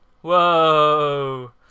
Whoa